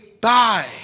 die